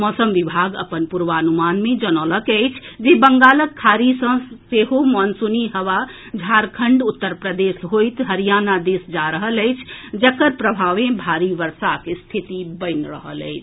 मौसम विभाग अपन पूर्वानुमान मे जनौलक अछि जे बंगालक खाड़ी सँ मॉनसूनी हवा झारखंड उत्तर प्रदेश होइत हरियाणा दिस जा रहल अछि जकर प्रभाव सँ भारी वर्षाक स्थिति बनि रहल अछि